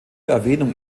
erwähnung